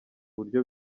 buryo